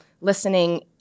listening